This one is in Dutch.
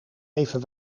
even